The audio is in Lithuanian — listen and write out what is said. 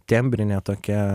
tembrinė tokia